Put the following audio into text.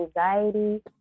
anxiety